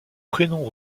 prénoms